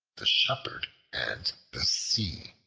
the shepherd and the sea